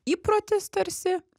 įprotis tarsi